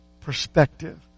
perspective